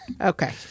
Okay